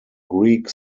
greek